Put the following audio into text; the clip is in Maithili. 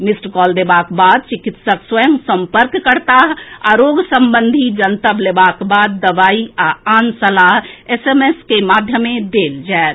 मिस्ड कॉल देबाक बाद चिकित्सक स्वयं सम्पर्क करताह आ रोग संबंधी जानकारी लेबाक बाद दवाई आ आन सलाह एसएमएस के माध्यमे देल जाएत